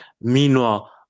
meanwhile